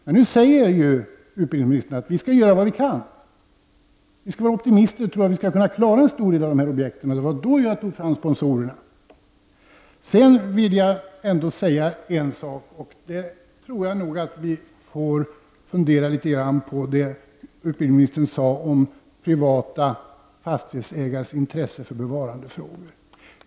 Men nu säger utbildningsministern att vi skall vara optimistiska och göra vad vi kan, vi skall tro att vi klarar en stor del av dessa objekt. Det var då jag drog fram sponsorerna. En sak tror jag att vi får fundera litet grand på. Det är det som utbildningsministern sade om privata fastighetsägares intresse för bevarandefrågor.